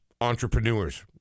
entrepreneurs